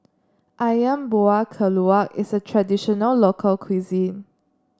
ayam Buah Keluak is a traditional local cuisine